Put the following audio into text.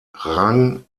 rang